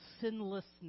sinlessness